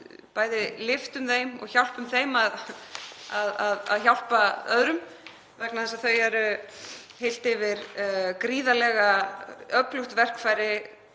bæði lyftum þeim og hjálpum þeim að hjálpa öðrum vegna þess að þau eru heilt yfir gríðarlega öflugt verkfæri